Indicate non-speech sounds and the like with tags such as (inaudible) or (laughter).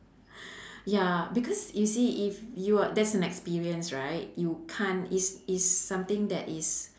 (breath) ya because you see if you ar~ that's an experience right you can't is is something that is